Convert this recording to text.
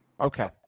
Okay